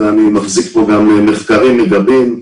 אני מחזיק מחקרים מגבים,